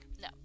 No